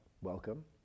Welcome